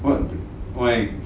what why